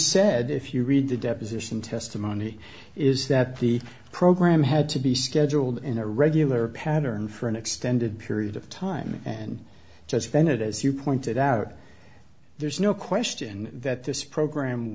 said if you read the deposition testimony is that the program had to be scheduled in a regular pattern for an extended period of time and to spend it as you pointed out there's no question that this program